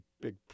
big